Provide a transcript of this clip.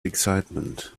excitement